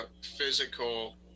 physical